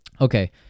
Okay